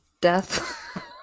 death